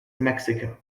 mexico